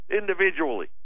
individually